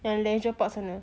and leisure park sana